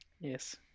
Yes